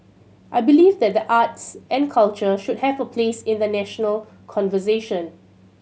I believe that the arts and culture should have a place in the national conversation